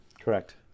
Correct